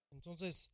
Entonces